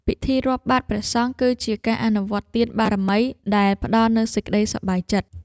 ពិធីរាប់បាតព្រះសង្ឃ គឺជាការអនុវត្តទានបារមីដែលផ្តល់នូវសេចក្តីសប្បាយចិត្ត។